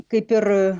kaip ir